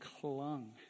clung